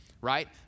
right